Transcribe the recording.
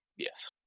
Yes